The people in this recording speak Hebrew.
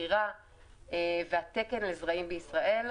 מכירה והתקן לזרעים בישראל.